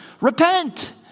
Repent